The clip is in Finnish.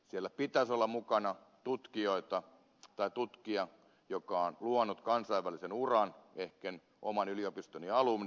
siellä pitäisi olla mukana tutkija joka on luonut kansainvälisen uran ehkä oman yliopistoni alumni